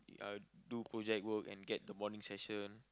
uh do project work and get the bonding session